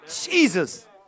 Jesus